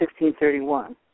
1631